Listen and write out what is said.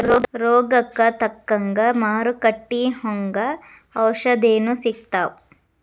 ರೋಗಕ್ಕ ತಕ್ಕಂಗ ಮಾರುಕಟ್ಟಿ ಒಂಗ ಔಷದೇನು ಸಿಗ್ತಾವ